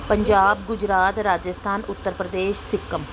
Punjab Gujarat Rajasthan Uttar Pradesh Sikkim